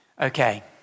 Okay